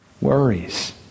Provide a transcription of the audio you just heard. Worries